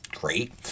great